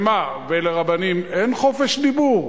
מה, לרבנים אין חופש דיבור?